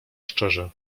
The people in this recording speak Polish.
szczerze